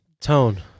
Tone